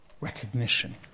recognition